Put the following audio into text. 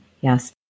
Yes